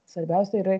svarbiausia yra